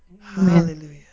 Hallelujah